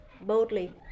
boldly